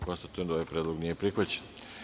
Konstatujem da ovaj predlog nije prihvaćen.